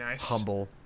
Humble